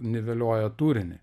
niveliuoja turinį